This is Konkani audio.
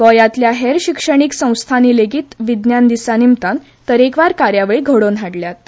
गोंयांतल्या हेर शिक्षणीक संस्थांनी लेगीत विज्ञान दिसा निमतान तरेकवार कार्यावळी घडोवन हाडल्यात